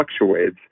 fluctuates